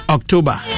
October